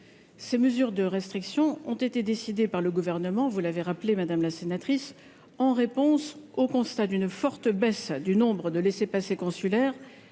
ces mesures de restrictions ont été décidées par le gouvernement, vous l'avez rappelé madame la sénatrice en réponse au constat d'une forte baisse du nombre de laissez-passer consulaires